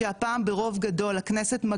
שהפעם ברוב גדול לכנסת,